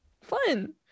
fun